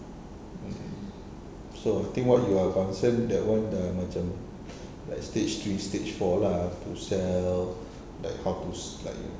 mm so I think what you are concerned that [one] dah macam like stage three stage four lah to sell like how to like